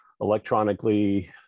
electronically